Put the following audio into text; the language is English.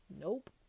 Nope